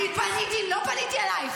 אני לא פניתי אלייך.